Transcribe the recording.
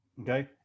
okay